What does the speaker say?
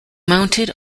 mounted